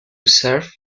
serve